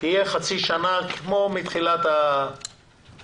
תהיה חצי שנה כמו מתחילת התוכנית.